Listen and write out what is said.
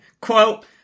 Quote –